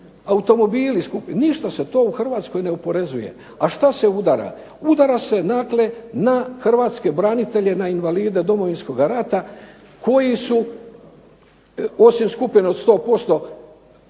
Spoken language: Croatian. automobili skupi ništa se to u Hrvatskoj ne oporezuje. A što se udara? Udara se na Hrvatske branitelje, na invalide Domovinskog rata, koji su osim skupine od 100%